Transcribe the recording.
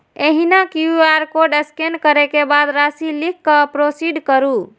एहिना QR code scan करै के बाद राशि लिख कें प्रोसीड करू